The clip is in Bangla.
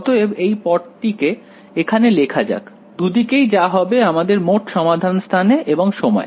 অতএব এই পদটিকে এখানে লেখা যাক দুদিকেই যা হবে আমাদের মোট সমাধান স্থানে এবং সময়ে